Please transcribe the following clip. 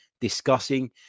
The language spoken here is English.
discussing